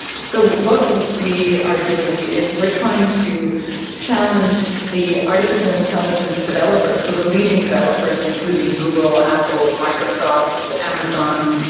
so what we we are doing is we are trying to challenge the artificial intelligence developers, so the leading developers, including google, apple, microsoft, amazon,